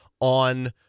on